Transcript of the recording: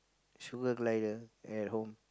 sugar glider at home